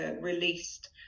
released